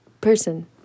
person